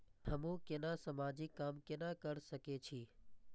हमू केना समाजिक काम केना कर सके छी?